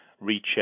recheck